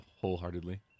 wholeheartedly